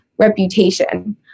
reputation